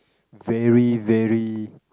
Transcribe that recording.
very very